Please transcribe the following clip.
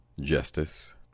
justice